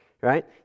Right